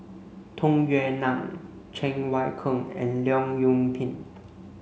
Tung Yue Nang Cheng Wai Keung and Leong Yoon Pin